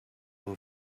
who